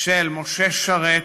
של משה שרת,